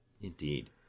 Indeed